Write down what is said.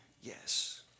yes